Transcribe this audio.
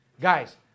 Guys